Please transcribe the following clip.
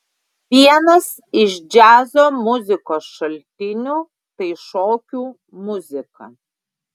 vienas iš džiazo muzikos šaltinių tai šokių muzika